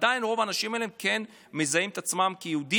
עדיין רוב האנשים האלה כן מזהים את עצמם כיהודים,